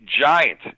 Giant